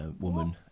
woman